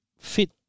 fit